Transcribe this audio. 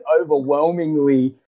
overwhelmingly